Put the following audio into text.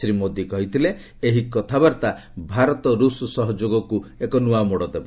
ଶ୍ରୀ ମୋଦି କହିଛନ୍ତି ଏହି କଥାବାର୍ତ୍ତା ଭାରତ ରୁଷ୍ ସହଯୋଗକୁ ଏକ ନୂଆ ମୋଡ଼ ଦେବ